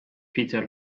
peter